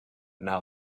now